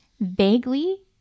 vaguely